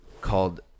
called